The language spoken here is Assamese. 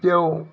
তেওঁ